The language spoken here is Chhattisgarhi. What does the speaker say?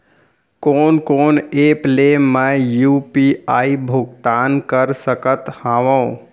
कोन कोन एप ले मैं यू.पी.आई भुगतान कर सकत हओं?